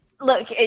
Look